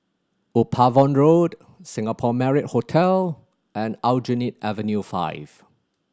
Upavon Road Singapore Marriott Hotel and Aljunied Avenue Five